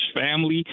family